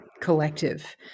collective